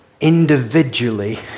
individually